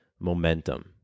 momentum